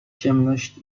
ciemność